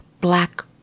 black